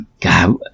God